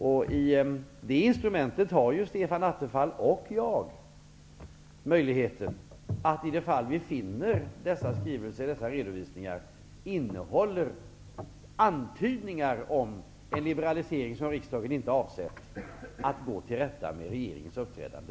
Genom det instrumentet har Stefan Attefall och jag möjligheten att, i de fall där vi finner att dessa redovisningar innehåller antydningar om en liberalisering som riksdagen inte har avsett, gå till rätta med regeringens uppträdande.